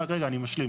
רגע, רגע.